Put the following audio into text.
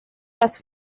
las